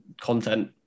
content